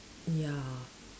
ya